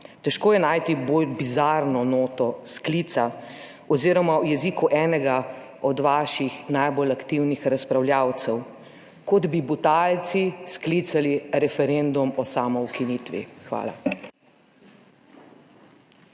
težko je najti bolj bizarno noto sklica oz. v jeziku enega od vaših najbolj aktivnih razpravljavcev: kot bi Butalci sklicali referendum o samoukinitvi. Hvala.